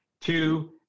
Two